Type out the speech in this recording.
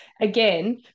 Again